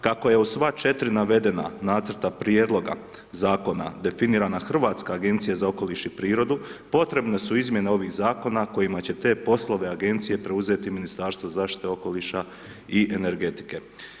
Kako je u sva 4 navedena nacrta prijedloga zakona definirana Hrvatska agencija za okoliš i prirodu, potrebne su izmjene ovih zakona, kojima će te poslove Agencije preuzeti Ministarstvo zaštite okoliša i energetike.